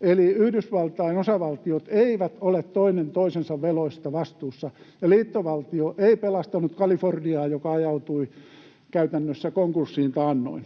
Eli Yhdysvaltain osavaltiot eivät ole toinen toisensa veloista vastuussa, ja liittovaltio ei pelastanut Kaliforniaa, joka ajautui taannoin käytännössä konkurssiin.